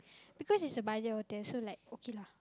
because it's a budget hotel so like okay lah